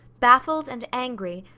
baffled and angry,